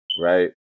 right